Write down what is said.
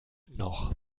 noch